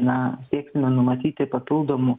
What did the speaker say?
na sieksime numatyti papildomų